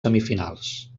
semifinals